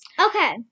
Okay